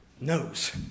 knows